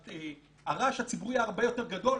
הרעש הציבורי היה הרבה יותר גדול,